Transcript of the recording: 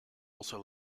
also